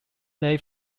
their